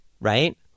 right